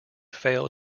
fail